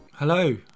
Hello